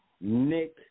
Nick